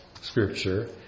scripture